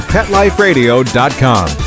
PetLifeRadio.com